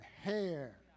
hair